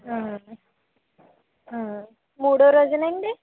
మూడో రోజునా అండి